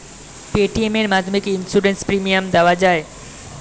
Paytm এর মাধ্যমে কি ইন্সুরেন্স প্রিমিয়াম দেওয়া যায়?